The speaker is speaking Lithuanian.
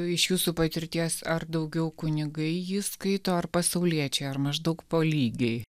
iš jūsų patirties ar daugiau kunigai jį skaito ar pasauliečiai ar maždaug po lygiai